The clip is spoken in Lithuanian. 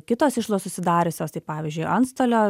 kitos išlaidos susidariusios tai pavyzdžiui antstolio